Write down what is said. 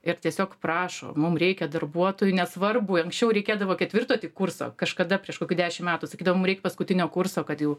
ir tiesiog prašo mum reikia darbuotojų nesvarbu anksčiau reikėdavo ketvirto tik kurso kažkada prieš kokių dešim metų sakydavo mum reik paskutinio kurso kad jau